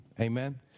Amen